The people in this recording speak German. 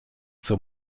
zur